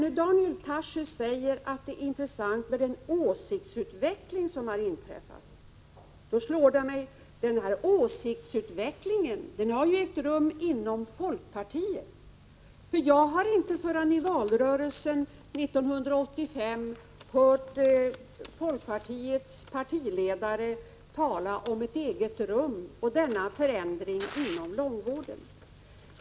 När Daniel Tarschys nu säger att den åsiktsutveckling som har inträffat är intressant slår det mig att denna ”åsiktsutveckling” har ägt rum inom folkpartiet, för jag har inte förrän i valrörelsen 1985 hört folkpartiets partiledare tala om ett eget rum och denna förändring inom långvården.